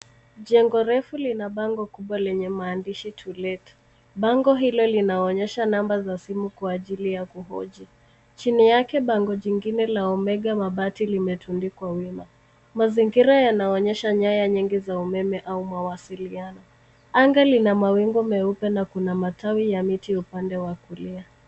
Jengo refu lina bango kubwa lenye maandishi To Let . Bango hilo linaonyesha namba za simu kwa ajili ya kuhoji. Chini yake bango jingine la Omega mabati limetundikwa wima. Mazingira yanaonyesha nyaya nyingi z umeme au mawasiliano. Anga lina mawingu meupe na kuna matawi ya miti upande wa kulia.